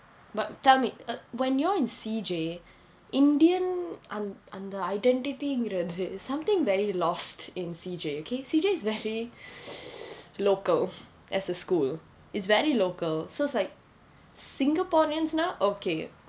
but tell me err when you're in C_J indian அந்த அந்த:antha antha identity கிறது:kirathu something very lost in C_J K C_J is very local as a school it's very local so like singaporeans now okay